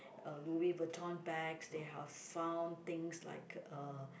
a Louis-Vuitton's bag they have found things like uh